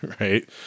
Right